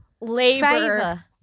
Labor